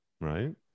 right